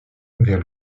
vers